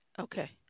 Okay